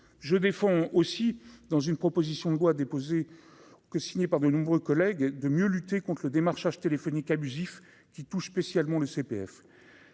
je défends aussi dans une proposition de loi déposée que signée par de nombreux collègues de mieux lutter contre le démarchage téléphonique abusif qui touche spécialement le CPF